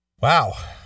Wow